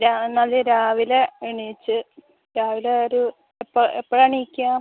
ര എന്നാൽ രാവിലെ എണീച്ച് രാവിലെ ഒരു എപ്പോഴാണ് എപ്പോഴാണ് എണീക്കുക